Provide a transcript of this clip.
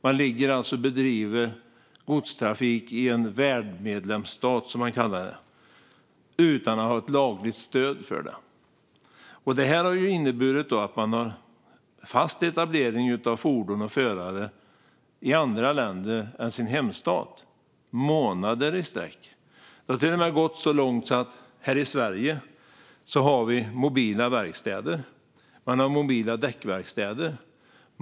Man bedriver alltså godstrafik i en värdmedlemsstat, som man kallar det, utan att ha ett lagligt stöd för det. Det här har inneburit att man har en fast etablering av fordon och förare i andra länder än sin hemstat, månader i sträck. Det har till och med gått så långt att man här i Sverige har mobila däckverkstäder.